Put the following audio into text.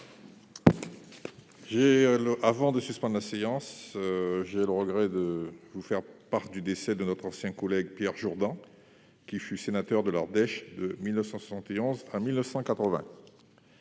la prochaine séance. J'ai le regret de vous faire part du décès de notre ancien collègue Pierre Jourdan, qui fut sénateur de l'Ardèche de 1971 à 1980.